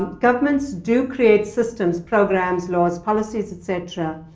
governments do create systems, programs, laws, policies, et cetera.